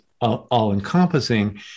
all-encompassing